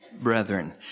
brethren